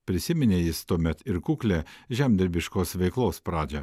prisiminė jis tuomet ir kuklią žemdirbiškos veiklos pradžią